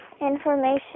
information